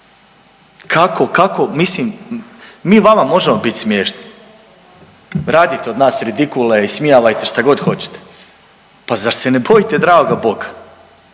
Kako, kako mislim mi vama možemo bit smiješni, radite od nas ridikule, ismijavajte šta god hoćete, pa zar se ne bojite dragog Boga